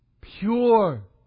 pure